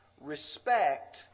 respect